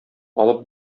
алып